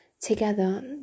together